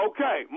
Okay